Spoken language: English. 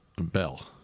Bell